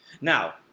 now